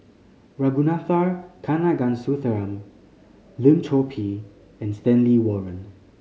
Ragunathar Kanagasuntheram Lim Chor Pee and Stanley Warren